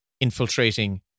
infiltrating